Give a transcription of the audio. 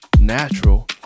natural